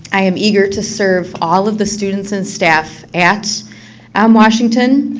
i am eager to serve all of the students and staff at um washington.